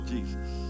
Jesus